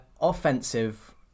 offensive